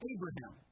Abraham